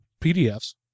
PDFs